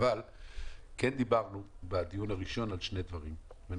אבל כן דיברנו בדיון הראשון על שני דברים עקרוניים,